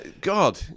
God